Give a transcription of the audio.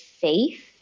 faith